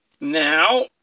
Now